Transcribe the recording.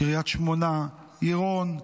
קריית שמונה, יראון,